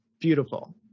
Beautiful